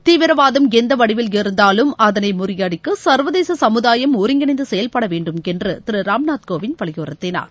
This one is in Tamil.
தீவிரவாதம் எந்த வடிவில் இருந்தாலும் அதனை முறியடிக்க சர்வதேச சமுதாயம் ஒருங்கிணைந்து செயல்பட வேண்டுமென்று திரு ராம்நாத் கோவிந்த் வலியுறுத்தினார்